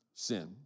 Sin